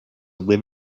live